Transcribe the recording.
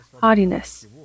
haughtiness